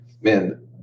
man